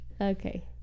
Okay